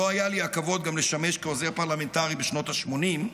שהיה לי הכבוד גם לשמש כעוזר פרלמנטרי שלו בשנות ה-80,